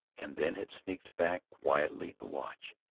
and then had sneaked back quietly to watch.